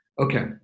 Okay